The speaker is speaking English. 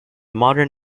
modern